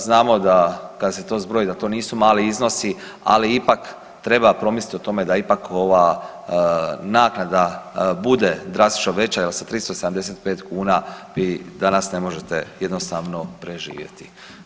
Znamo da kad se to zbroji da to nisu mali iznosi, ali ipak treba promisliti o tome da ipak ova naknada bude drastično veća jel sa 375 kuna vi danas ne možete jednostavno preživjeti.